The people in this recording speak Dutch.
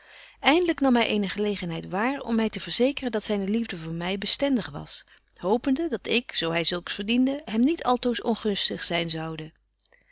eindlyk nam hy eene gelegenheid waar om my te verzekeren dat zyne liefde voor my bestendig was hopende dat ik zo hy zulks verdiende hem niet altoos ongunstig zyn zoude